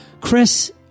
Chris